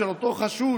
של אותו חשוד,